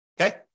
okay